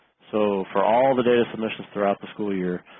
so for all the data submissions throughout the school year